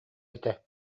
этэ